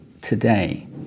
today